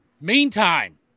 Meantime